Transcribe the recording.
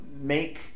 make